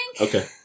Okay